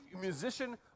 musician